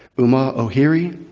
uma ohiaeri,